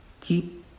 Keep